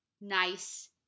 nice